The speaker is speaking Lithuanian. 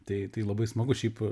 tai tai labai smagus šiaip